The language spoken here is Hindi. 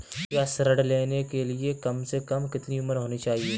ऋण लेने के लिए कम से कम कितनी उम्र होनी चाहिए?